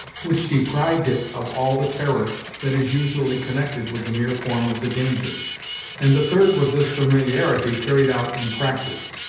which deprived it of all the terror that is usually connected with the mere form of the danger and the third was this familiarity carried out in practice,